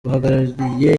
uhagarariye